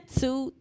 two